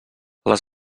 les